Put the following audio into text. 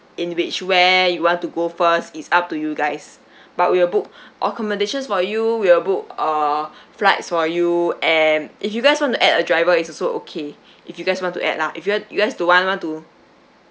in which where you want to go first is up to you guys but we will book accommodations for you we'll book uh flights for you and if you guys want to add a driver is also okay if you guys want to add lah if you want you guys don't want want to